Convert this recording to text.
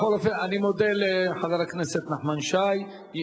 בכל אופן, אני מודה לחבר הכנסת נחמן שי.